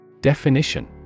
Definition